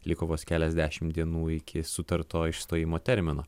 liko vos keliasdešim dienų iki sutarto išstojimo termino